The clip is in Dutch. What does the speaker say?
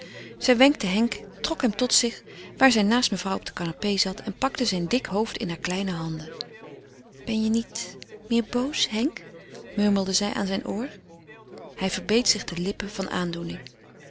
zij wenkte henk trok hem tot zich waar zij naast mevrouw op de canapé zat en pakte zijn dik hoofd in hare kleine handen ben je niet meer boos henk murmelde zij aan zijn oor hij verbeet zich de lippen van aandoening